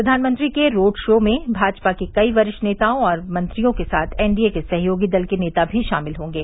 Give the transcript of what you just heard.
प्रधानमंत्री के road show के दौरान भाजपा के कई वरिष्ठ नेताओं और मंत्रियों के साथ एनडीए के सहयोगी दल के नेता भी शामिल होंगे